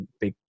big